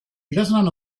idazlan